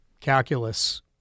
calculus